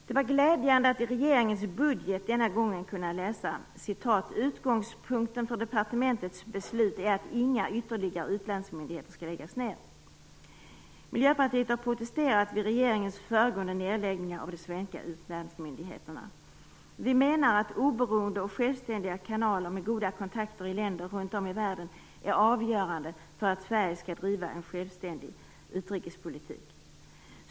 Det var glädjande att i regeringens budget kunna läsa att utgångspunkten för departementets beslut är att inga ytterligare utlandsmyndigheter skall läggas ned. Miljöpartiet protesterade vid regeringens föregående nedläggningar av svenska utlandsmyndigheter. Vi menar att oberoende och självständiga kanaler med goda kontakter i länder runt om i världen är avgörande för att Sverige skall kunna driva en självständig utrikespolitik.